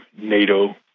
nato